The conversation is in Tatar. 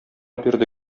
бирде